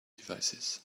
devices